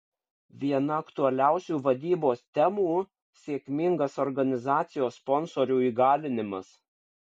viena aktualiausių vadybos temų sėkmingas organizacijos sponsorių įgalinimas